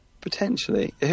Potentially